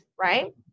right